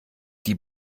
die